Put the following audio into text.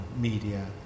media